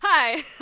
Hi